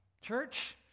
Church